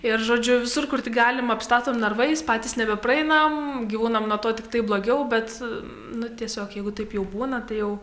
ir žodžiu visur kur tik galim apstatom narvais patys nebepraeinam gyvūnam nuo to tiktai blogiau bet nu tiesiog jeigu taip jau būna tai jau